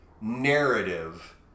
narrative